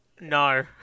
No